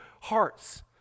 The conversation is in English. hearts